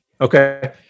Okay